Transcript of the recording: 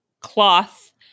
cloth